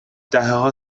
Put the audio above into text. دههها